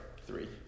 three